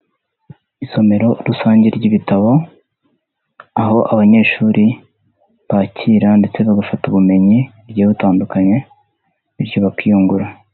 Isomero rusange ry'ibitabo, aho abanyeshuri bakira ndetse bagafata ubumenyi bugiye butandukanyekanye, bityo bakiyungura.